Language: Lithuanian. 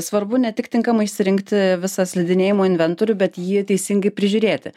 svarbu ne tik tinkamai išsirinkti visą slidinėjimo inventorių bet jį teisingai prižiūrėti